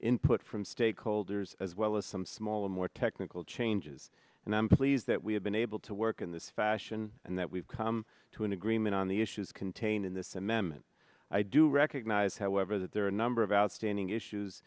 input from stakeholders as well as some smaller more technical changes and i'm pleased that we have been able to work in this fashion and that we've come to an agreement on the issues contained in this amendment i do recognize however that there are a number of outstanding issues